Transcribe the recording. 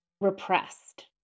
repressed